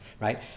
right